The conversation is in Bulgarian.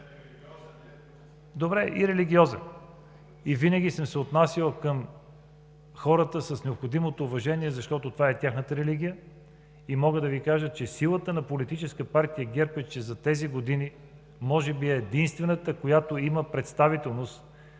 Добре – и религиозен. И винаги съм се отнасял към хората с необходимото уважение, защото това е тяхната религия и мога да Ви кажа, че силата на Политическа партия ГЕРБ е, че за тези години може би е единствената, която има представителност